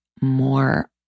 more